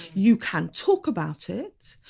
you can talk about it,